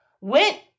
went